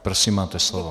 Prosím, máte slovo.